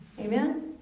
amen